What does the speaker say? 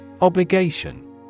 Obligation